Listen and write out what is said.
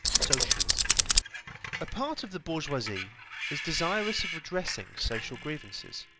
socialism a part of the bourgeoisie is desirous of redressing social grievances,